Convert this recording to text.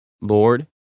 Lord